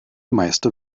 meiste